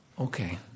okay